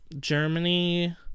Germany